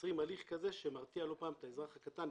יוצרים הליך כזה שמרתיע לא פעם את האזרח הקטן,